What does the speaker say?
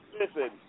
Listen